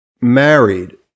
married